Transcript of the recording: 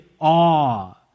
Awe